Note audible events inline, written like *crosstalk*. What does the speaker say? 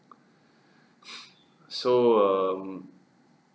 *breath* so um